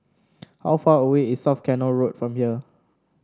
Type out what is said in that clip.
how far away is South Canal Road from here